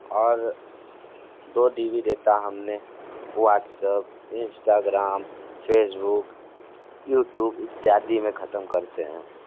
और दो G B data हमने व्हॉट्सअप इंस्टाग्राम फ़ेसबुक यूट्यूब इत्यादि में ख़त्म करते हैं